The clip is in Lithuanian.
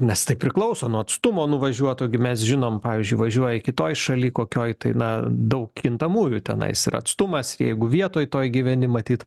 nes tai priklauso nuo atstumo nuvažiuoto gi mes žinom pavyzdžiui važiuoji kitoj šaly kokioj tai na daug kintamųjų tenais ir atstumas ir jeigu vietoj toj gyveni matyt